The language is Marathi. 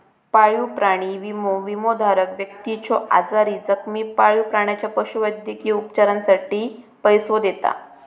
पाळीव प्राणी विमो, विमोधारक व्यक्तीच्यो आजारी, जखमी पाळीव प्राण्याच्या पशुवैद्यकीय उपचारांसाठी पैसो देता